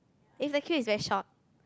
if the queue is very short